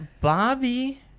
bobby